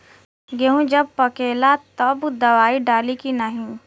गेहूँ जब पकेला तब दवाई डाली की नाही?